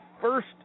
first